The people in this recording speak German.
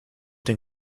den